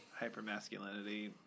hypermasculinity